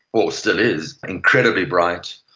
ah still is, incredibly bright,